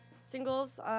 singles